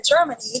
Germany